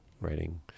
writing